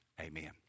amen